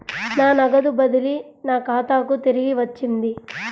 నా నగదు బదిలీ నా ఖాతాకు తిరిగి వచ్చింది